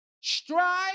Strive